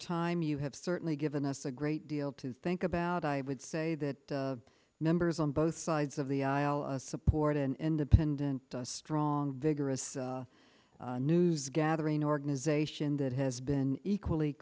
time you have certainly given us a great deal to think about i would say that the members on both sides of the aisle support an independent strong vigorous news gathering organization that has been equally